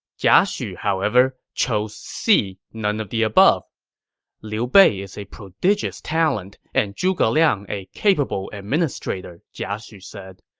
jia xu, however, chose c, none of the above liu bei is a prodigious talent, and zhuge liang a capable administrator, jia xu said.